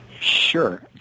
Sure